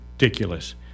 Ridiculous